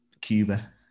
Cuba